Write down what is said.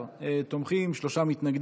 תודה רבה.